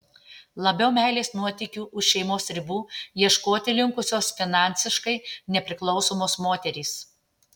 labiau meilės nuotykių už šeimos ribų ieškoti linkusios finansiškai nepriklausomos moterys